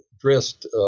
dressed